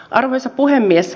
arvoisa puhemies